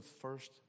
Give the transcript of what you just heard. first